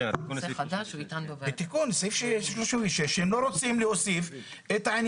כן, התיקון לסעיף 36. נושא חדש הוא יטען בוועדה.